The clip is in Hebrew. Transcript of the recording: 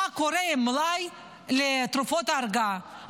מה קורה עם מלאי לתרופות הרגעה.